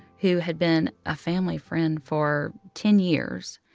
who had been a family friend for ten years.